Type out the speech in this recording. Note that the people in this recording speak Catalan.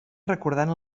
recordant